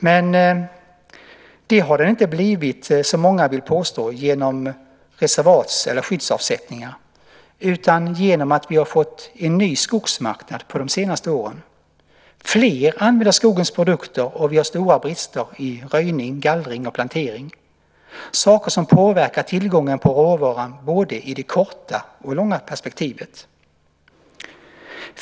Men det har den inte blivit, som många vill påstå, genom reservats eller skyddsavsättningar utan genom att vi har fått en ny skogsmarknad de senaste åren. Fler använder skogens produkter, och vi har stora brister i röjning, gallring och plantering - saker som påverkar tillgången på råvaran både i det korta och i det långa perspektivet.